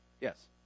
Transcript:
yes